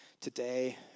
today